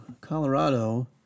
Colorado